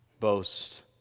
Boast